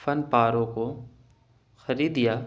فن پاروں کو خرید یا